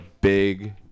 big